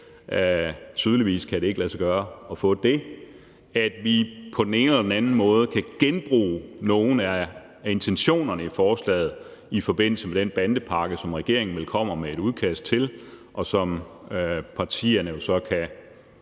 det kan jo nok ikke lade sig gøre, tydeligvis – på den ene eller anden måde kan genbruge nogle af intentionerne i forslaget i forbindelse med den bandepakke, som regeringen vel kommer med et udkast til, og som partierne jo så kan